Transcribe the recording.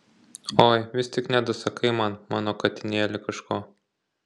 oi vis tik nedasakai man mano katinėli kažko